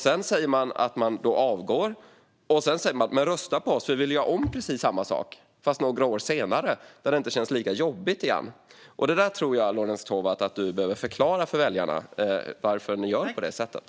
Sedan sa Miljöpartiet att man avgår, och därefter säger man: Men rösta på oss, för vi vill göra om precis samma sak fast några år senare, när det inte längre känns lika jobbigt! Jag tror, Lorentz Tovatt, att du behöver förklara för väljarna varför ni gör på det sättet.